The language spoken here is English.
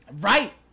Right